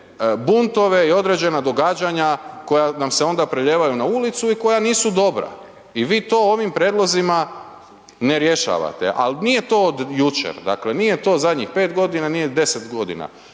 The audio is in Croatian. buntove i određena događanja koja nam se onda prelijevaju na ulicu i koja nisu dobra i vi to ovim prijedlozima ne rješavate. Ali nije to od jučer, dakle nije to zadnjih 5 g., nije 10 g.,